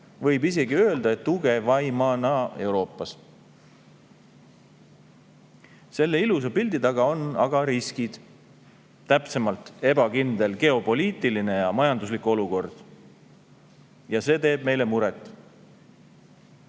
võib isegi öelda, et tugevaimana Euroopas. Selle ilusa pildi taga on aga riskid, täpsemalt ebakindel geopoliitiline ja majanduslik olukord. Ja see teeb meile muret.